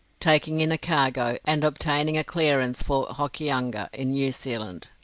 taking in a cargo, and obtaining a clearance for hokianga, in new zealand.